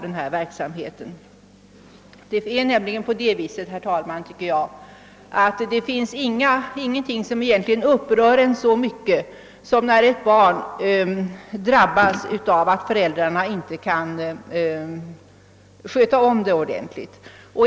Det finns nämligen, herr talman, inget som så mycket upprör mig som att ett barn drabbas av att föräldrarna inte kan ordentligt sköta om det.